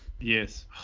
Yes